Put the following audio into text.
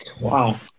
Wow